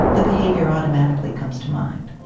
the behavior automatically comes to mind.